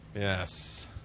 Yes